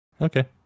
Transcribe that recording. Okay